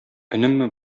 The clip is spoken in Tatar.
өнемме